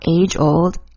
age-old